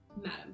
Madam